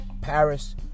Paris